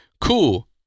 Cool